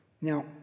Now